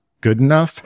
Goodenough